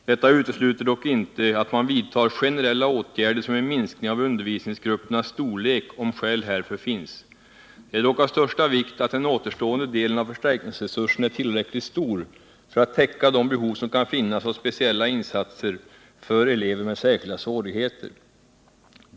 Detta utesluter dock inte att man vidtar generella åtgärder som en minskning av undervisningsgruppernas storlek, om skäl härför finns. Det är dock av största vikt att den återstående delen av förstärkningsresursen är tillräckligt stor för att täcka de behov som kan finnas av speciella insatser för elever med särskilda svårigheter.